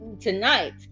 tonight